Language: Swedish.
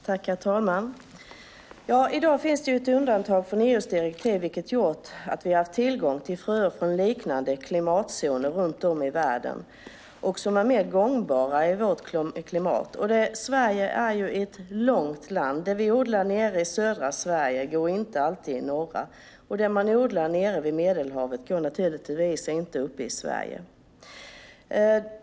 Herr talman! I dag finns det ett undantag från EU:s direktiv, vilket har gjort att vi har haft tillgång till fröer från liknande klimatzoner runt om i världen som är mer gångbara i vårt klimat. Sverige är ett långt land. Det som vi odlar nere i södra Sverige går inte alltid att odla i norra Sverige, och det som man odlar nere vid Medelhavet går naturligtvis inte att odla uppe i Sverige.